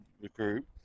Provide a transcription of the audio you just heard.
recruit